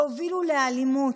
והובילו לאלימות.